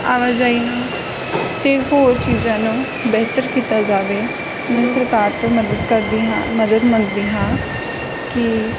ਆਵਾਜਾਈ ਅਤੇ ਹੋਰ ਚੀਜ਼ਾਂ ਨੂੰ ਬਿਹਤਰ ਕੀਤਾ ਜਾਵੇ ਮੈਂ ਸਰਕਾਰ ਤੋਂ ਮਦਦ ਕਰਦੀ ਹਾਂ ਮਦਦ ਮੰਗਦੀ ਹਾਂ ਕਿ